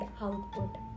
output